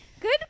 Good